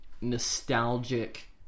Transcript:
nostalgic